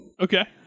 Okay